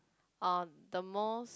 uh the most